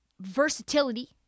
versatility